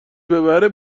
ببره